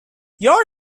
your